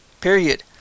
Period